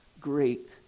great